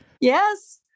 Yes